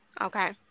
Okay